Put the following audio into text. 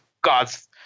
God's